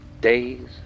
Days